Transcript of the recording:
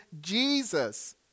Jesus